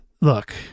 look